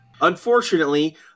Unfortunately